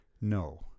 No